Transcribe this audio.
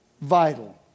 vital